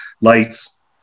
lights